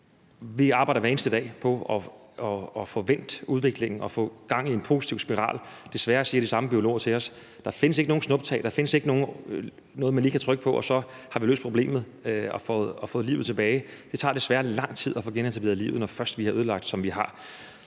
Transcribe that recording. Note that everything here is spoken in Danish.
Vi arbejder hver eneste dag på at få vendt udviklingen og få gang i en positiv spiral. Desværre siger de samme biologer til os, at der ikke findes nogen snuptagsløsninger, og at der ikke findes en knap, som man lige kan trykke på, hvorefter man så har løst problemet og fået livet i vandet tilbage. Det tager desværre lang tid at få genetableret livet i vandet, når først vi har ødelagt det, som vi har.